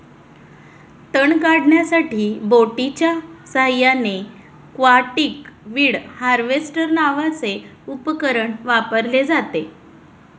तण काढण्यासाठी बोटीच्या साहाय्याने एक्वाटिक वीड हार्वेस्टर नावाचे उपकरण वापरले जाते